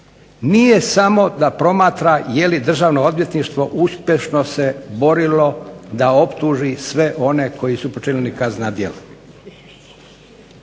nije samo da promatra je li državno odvjetništvo uspješno se borilo da optuži sve one koji su počinili kaznena djela,